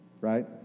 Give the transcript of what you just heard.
Right